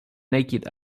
naked